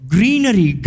Greenery